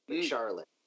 Charlotte